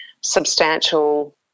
substantial